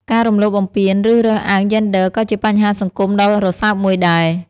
ការរំលោភបំពានឬរើសអើងយេនឌ័រក៏ជាបញ្ហាសង្គមដ៏រសើបមួយដែរ។